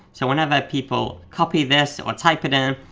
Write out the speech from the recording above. so whenever people copy this or type it in,